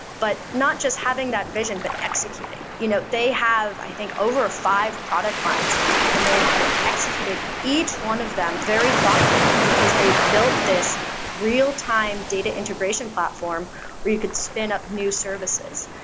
but not just having that vision, but executing. you know they have, i think, over five product lines now and they've executed each one of them very thoughtfully, because they built this real-time data integration platform where you could spin up new services.